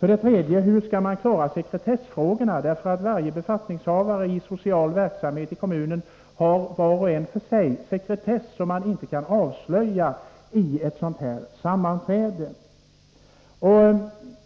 Och dessutom: Hur skall man klara sekretessfrågan? Varje befattningshavare i social verksamhet i kommunen har ju att iaktta sekretess och kan alltså inte avslöja allt han känner till vid ett sådant här sammanträde.